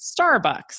Starbucks